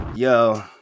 Yo